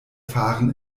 fahren